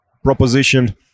proposition